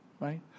Right